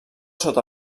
sota